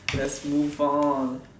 let's move on